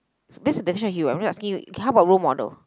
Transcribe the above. this is the definition of hero I'm just asking you okay how about role model